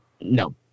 no